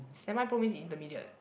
semi-pro means intermediate